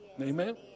Amen